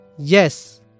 Yes